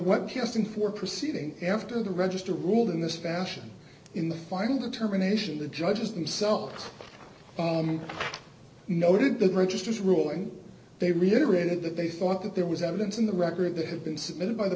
webcast and for proceeding after the register ruled in this fashion in the final determination the judges themselves noted the registers ruling they reiterated that they thought that there was evidence in the record that had been submitted by the